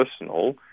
personal